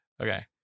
okay